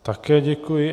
Také děkuji.